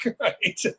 right